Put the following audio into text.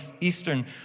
Eastern